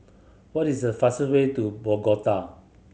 what is the fastest way to Bogota